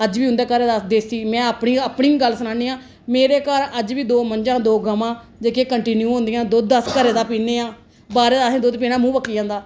अज्ज बी उंदे घरे दा देसी में अपनी अपनी गल्ल सनानी आं मेरे घार अज्ज बी दौं मझां ना दौं गवां जेहकियां कान्टीन्यू होदियां दुद्ध अस घरे दा पीने आं बाहरे दा असें दुद्ध पीना मूंह पक्की जंदा